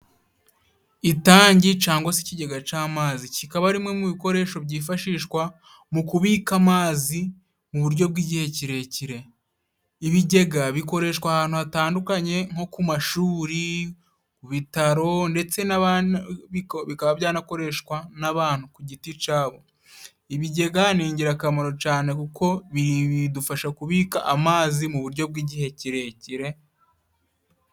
Itanki cyangwa se ikigega cy'amazi kikaba ari kimwe mu bikoresho byifashishwa mu kubika amazi mu buryo bw'igihe kirekire. Ibigega bikoreshwa ahantu hatandukanye nko ku mashuri, ku bitaro, ndetse bikaba byanakoreshwa n'abantu ku giti cyabo. Ibigega ni ingirakamaro cyane kuko bidufasha kubika amazi mu buryo bw'igihe kirekire.